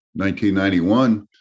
1991